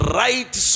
right